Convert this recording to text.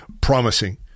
promising